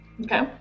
Okay